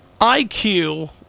IQ